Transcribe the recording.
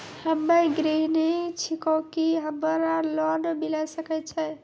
हम्मे गृहिणी छिकौं, की हमरा लोन मिले सकय छै?